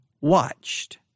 watched